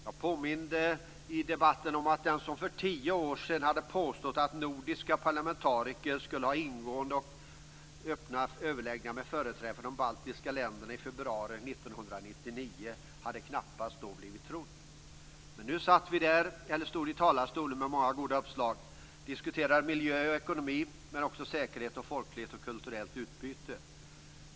Jag påminde i debatten om att den som för tio år sedan hade påstått att nordiska parlamentariker skulle ha ingående och öppna överläggningar med företrädare för de baltiska länderna i februari 1999 knappast hade blivit trodd. Men nu satt vi där, eller stod i talarstolen, med många goda uppslag. Vi diskuterade miljö och ekonomi, men också säkerhet och folkligt och kulturellt utbyte.